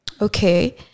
Okay